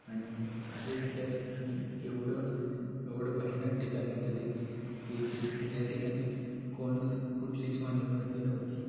आणि असेच त्या आणि एवढं एवढं भयानक ठिकाण होतं ते की जे ज्या ठिकाणी कोणच कुठलीच मानवी वस्ती नव्हती